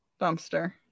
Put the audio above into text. Dumpster